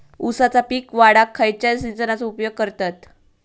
ऊसाचा पीक वाढाक खयच्या सिंचनाचो उपयोग करतत?